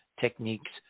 techniques